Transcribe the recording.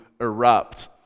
erupt